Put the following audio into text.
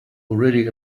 already